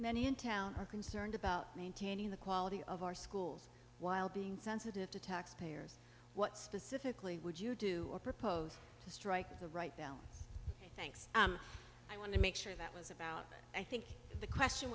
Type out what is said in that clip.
many in town are concerned about maintaining the quality of our schools while being sensitive to taxpayers what specifically would you do or proposed to strike the right balance thanks i want to make sure that was about i think the question